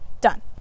Done